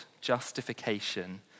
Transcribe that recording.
justification